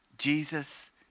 Jesus